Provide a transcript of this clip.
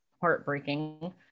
heartbreaking